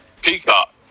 Peacock